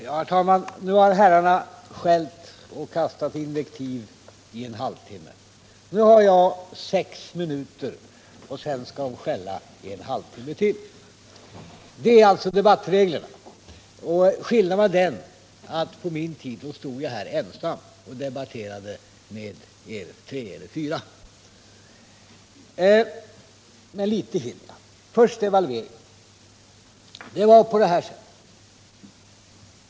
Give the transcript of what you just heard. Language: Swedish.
Herr talman! Nu har herrarna skällt och kastat invektiv i en halvtimme. Nu har jag sex minuter på mig, och sedan skall de skälla i en halvtimme till. Det är alltså debattreglerna. Skillnaden är den att på min tid stod jag här ensam och debatterade med er tre — eller fyra. Men litet hinner jag! Först devalveringen. Det var så här.